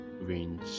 range